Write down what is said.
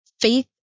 faith